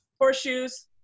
Horseshoes